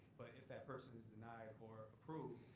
but if that person is denied or approved,